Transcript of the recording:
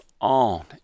on